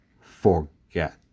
forget